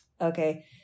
Okay